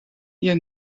ihr